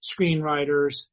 screenwriters